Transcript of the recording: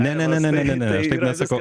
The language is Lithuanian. ne ne ne ne ne ne aš taip nesakau